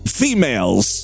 females